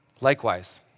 Likewise